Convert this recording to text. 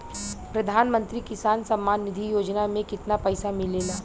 प्रधान मंत्री किसान सम्मान निधि योजना में कितना पैसा मिलेला?